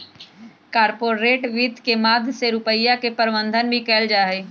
corporate वित्त के माध्यम से रुपिया के प्रबन्धन भी कइल जाहई